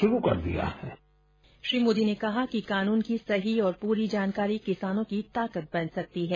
श्री मोदी ने कहा कि कानून की सही और पूरी जानकारी किसानों की ताकत बन सकती है